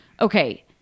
Okay